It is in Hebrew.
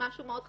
משהו מאוד חשוב.